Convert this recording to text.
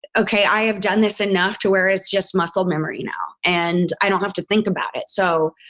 ok, i have done this enough to where it's just muscle memory now and i don't have to think about it. so.